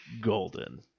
golden